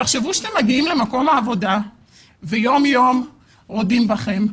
תחשבו אתם מגיעים למקום העבודה ויום יום רודים בכם,